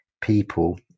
people